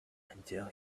until